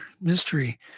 mystery